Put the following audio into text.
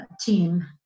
team